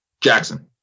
Jackson